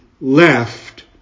left